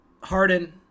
Harden